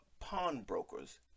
pawnbrokers